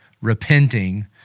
Repenting